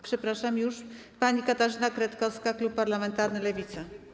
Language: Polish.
Przepraszam, pani poseł Katarzyna Kretkowska, klub parlamentarny Lewica.